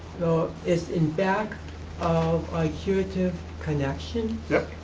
it's in back of curative connections. yep,